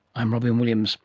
i'm robyn williams